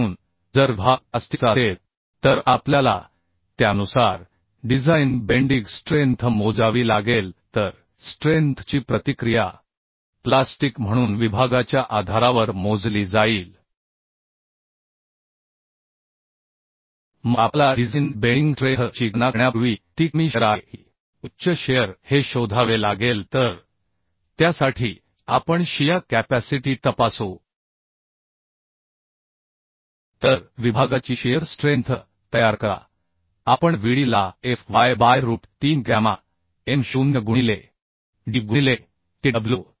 म्हणून जर विभाग प्लास्टिकचा असेल तर आपल्याला त्यानुसार डिझाइन बेंडीग स्ट्रेंथ मोजावी लागेल तर स्ट्रेंथ ची प्रतिक्रिया प्लास्टिक म्हणून विभागाच्या आधारावर मोजली जाईल मग आपल्याला डिझाइन बेंडिंग स्ट्रेंथ ची गणना करण्यापूर्वी ती कमी शिअर आहे की उच्च शिअर हे शोधावे लागेल तर त्यासाठी आपण शिया कॅपॅसिटी तपासू तर विभागाची शिअर स्ट्रेंथ तयार करा आपण Vd ला f y by root 3 gamma m0 गुणिले d गुणिले tw